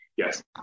Yes